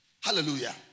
Hallelujah